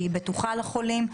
שהיא בטוחה לחולים.